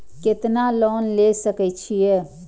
केतना लोन ले सके छीये?